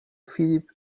filip